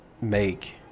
make